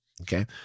Okay